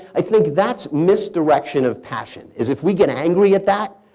i think that's misdirection of passion. is if we get angry at that,